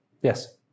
Yes